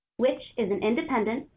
which is an independent,